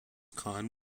khan